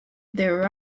there